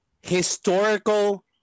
historical